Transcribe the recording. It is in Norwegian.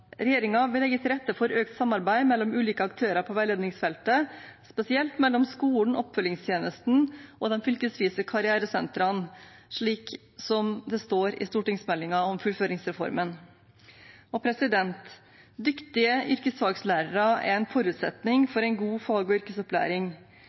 vil legge til rette for økt samarbeid mellom ulike aktører på veiledningsfeltet, spesielt mellom skolen og oppfølgingstjenesten og de fylkesvise karrieresentrene, slik som det står i stortingsmeldingen om fullføringsreformen. Dyktige yrkesfaglærere er en forutsetning